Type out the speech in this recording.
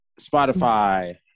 Spotify